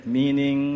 meaning